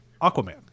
Aquaman